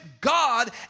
god